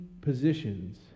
positions